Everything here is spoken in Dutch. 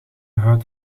huid